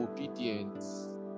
obedience